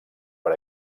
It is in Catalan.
per